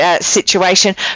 situation